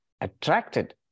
attracted